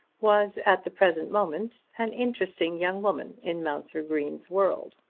was at the present moment an interesting young woman in mounser green's world.